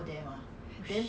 有第三只眼 you know